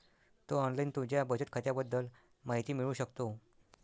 तू online तुझ्या बचत खात्याबद्दल माहिती मिळवू शकतो